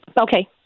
Okay